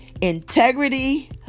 integrity